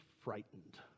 frightened